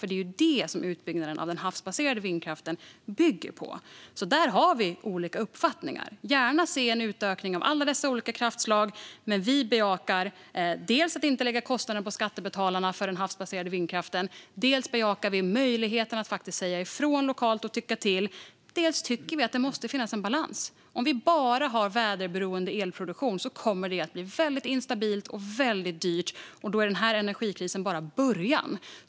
Det är ju det som utbyggnaden av den havsbaserade vindkraften bygger på, så där har vi olika uppfattningar. Vi ser gärna en utökning av alla dessa olika kraftslag, men vi bejakar dels att inte lägga kostnaden för den havsbaserade vindkraften på skattebetalarna och dels möjligheten att säga ifrån och tycka till lokalt. Vi tycker också att det måste finnas en balans. Om vi bara har väderberoende elproduktion kommer det att bli väldigt instabilt och väldigt dyrt, och då är den här energikrisen bara början.